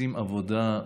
עושים עבודה.